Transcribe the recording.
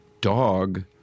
dog